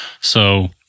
So-